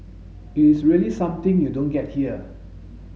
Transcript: it is really something you don't get here